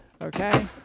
Okay